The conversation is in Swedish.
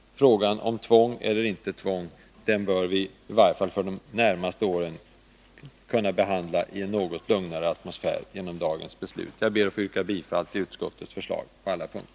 Frågan om tvång eller inte tvång bör vi genom dagens beslut, i varje fall för de närmaste åren, kunna behandla i något lugnare atmosfär. Jag ber att få yrka bifall till utskottets hemställan på alla punkter.